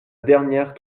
dernière